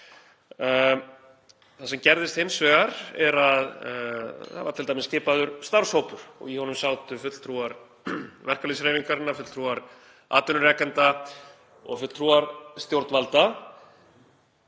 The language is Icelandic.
Það sem gerðist hins vegar var t.d. að skipaður var starfshópur og í honum sátu fulltrúar verkalýðshreyfingarinnar, fulltrúar atvinnurekenda og fulltrúar stjórnvalda.